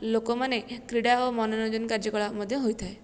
ଲୋକମାନେ କ୍ରୀଡ଼ା ଓ ମନୋରଞ୍ଜନ କାର୍ଯ୍ୟକଳାପ ମଧ୍ୟ ହୋଇଥାଏ